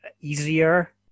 easier